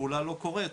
והיא לא קורית,